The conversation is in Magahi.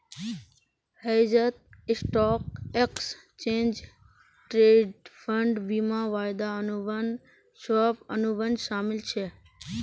हेजत स्टॉक, एक्सचेंज ट्रेडेड फंड, बीमा, वायदा अनुबंध, स्वैप, अनुबंध शामिल छेक